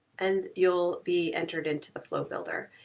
and you'll be entered into the flow builder.